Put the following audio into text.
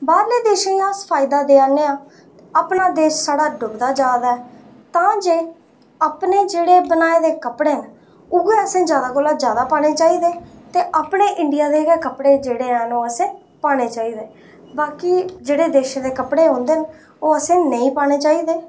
बाहरले देशें गी अस फायदा देआ ने आं ते अपना देश साढ़ा डुबदा जा दा ऐ तां जे अपने बनाए दे जेह्ड़े कपड़े न उऐ असें जादै कोला जादै पाने चाहिदे न ते अपने इंडिया दे गै कपड़े हैन ओह् असें पाने चाहिदे बाकी जेह्ड़े देशें दे कपड़े औंदे न ओह् असें नेईं पाने चाहिदे